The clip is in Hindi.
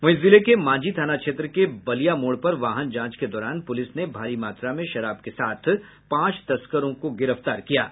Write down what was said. वहीं जिले के मांझी थाना क्षेत्र के बलिया मोड़ पर वाहन जांच के दौरान पुलिस ने भारी मात्रा में शराब के साथ पांच तस्करों को गिरफ्तार किया है